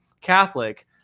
Catholic